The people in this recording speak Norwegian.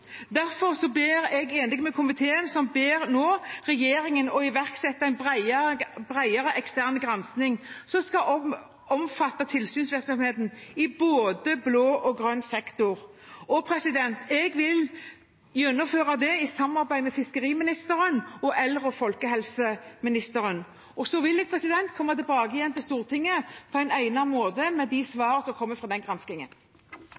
derfor enig med komiteen, som nå ber regjeringen om å iverksette en bredere ekstern gransking, som skal omfatte tilsynsvirksomheten i både blå og grønn sektor. Jeg vil gjennomføre dette i samarbeid med fiskeriministeren og eldre- og folkehelseministeren, og så vil jeg på en egnet måte komme tilbake til Stortinget med de svar som kommer fra den granskingen.